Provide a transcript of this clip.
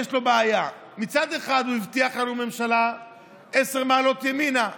יש לו בעיה: מצד אחד הוא הבטיח ממשלה עשר מעלות ימינה.